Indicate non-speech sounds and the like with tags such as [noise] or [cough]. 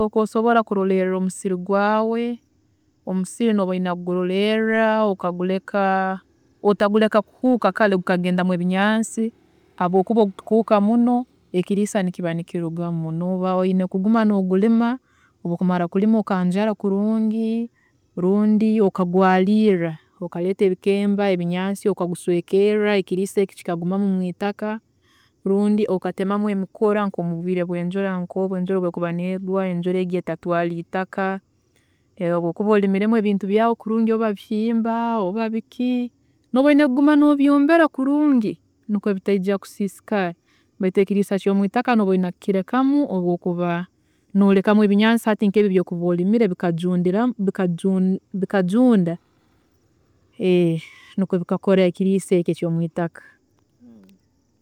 ﻿oku osobola kurolerra omusiri gwaawe, omusiri nooba oyine kugurolerra, otagureka kuhuuka kare gukagendamu ebinyaansi habwookuba obu gukuhuuka muno ekiriisa nikiba nikirugamu. Nooba oyine kuguma nogurima, obu okumara kurima okanjara kurungi, rundi okagwarirra, okareeta ebikemba, ebinyansi okaguswekeerra ekiriisa eki kikagumamu mwiitaka rundi okatemamu emikura nkomubwiire bwenjura nkobu enjura obu erikuba negwa etatwaara eitaka, obu okuba orimiremu ebintu byaawe kurungi oba bihimba oba biki, noba oyine kuguma nobyombera kurungi nikwe biteija kusiisikara beitu ekiriisa kyomwitaka noba oyine kukirekamu obu okuba norekamu ebinyansihati nkebi ebi okuba orimire [hesitation] bikajunda nikwe bikakora ekiriisa eki ekyomwiitaka.